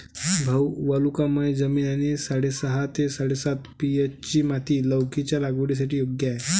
भाऊ वालुकामय जमीन आणि साडेसहा ते साडेसात पी.एच.ची माती लौकीच्या लागवडीसाठी योग्य आहे